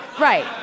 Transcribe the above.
Right